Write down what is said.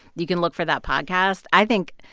you can look for that podcast. i think,